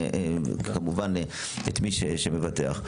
כמובן לא את מי שמבטח.